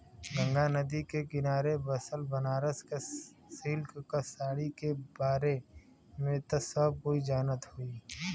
गंगा नदी के किनारे बसल बनारस क सिल्क क साड़ी के बारे में त सब कोई जानत होई